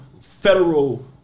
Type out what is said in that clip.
federal